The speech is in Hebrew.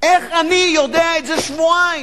איך אני יודע את זה שבועיים?